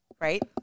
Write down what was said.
right